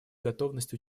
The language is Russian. готовность